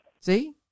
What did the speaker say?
See